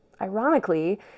Ironically